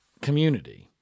community